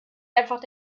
einfach